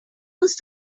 was